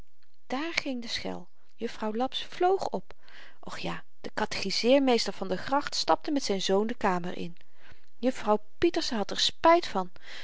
daar ging de schel jufvrouw laps vloog op och ja de katechiseermeester van der gracht stapte met zyn zoon de kamer in jufvrouw pieterse had er spyt van